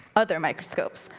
other microscopes.